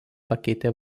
pakeitė